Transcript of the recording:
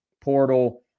portal